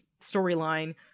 storyline